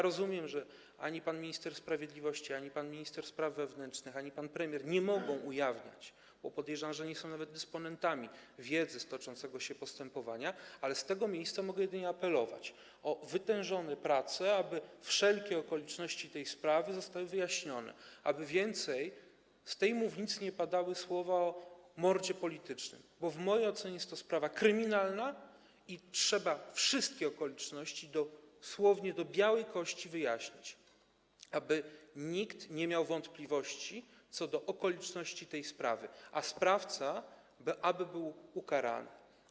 Rozumiem, że ani pan minister sprawiedliwości, ani pan minister spraw wewnętrznych, ani pan premier nie mogą ujawniać - bo podejrzewam, że nie są nawet dysponentami - wiedzy z zakresu toczącego się postępowania, ale z tego miejsca mogę jedynie apelować o wytężone prace, aby wszelkie okoliczności tej sprawy zostały wyjaśnione, aby więcej z tej mównicy nie padały słowa o mordzie politycznym, bo w mojej ocenie jest to sprawa kryminalna i trzeba wszystkie okoliczności, słownie do białej kości, wyjaśnić, aby nikt nie miał wątpliwości co do okoliczności tej sprawy i aby sprawca był ukarany.